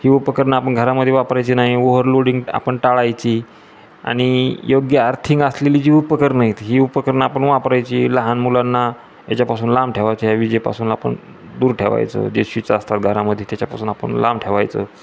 ही उपकरणं आपण घरामध्ये वापरायची नाही ओव्हरलोडिंग आपण टाळायची आणि योग्य आर्थिंग असलेली जी उपकरणं आहेत ही उपकरणं आपण वापरायची लहान मुलांना याच्यापासून लांब ठेवायचं या विजेपासून आपण दूर ठेवायचं जे स्विच असतात घरामध्ये त्याच्यापासून आपण लांब ठेवायचं